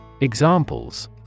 Examples